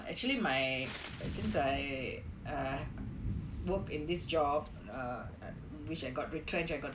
actually my since I I I work in this job err which I got retrenched I got